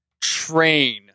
train